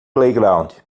playground